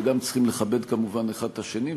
וגם צריכים לכבד כמובן האחד את השני,